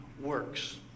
works